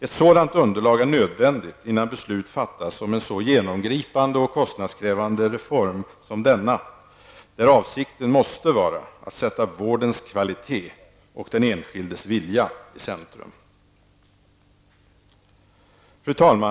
Ett sådant underlag är nödvändigt innan beslut fattas om en så genomgripande och kostnadskrävande reform som denna, där avsikten måste vara att sätta vårdens kvalitet och den enskildes vilja i centrum! Fru talman!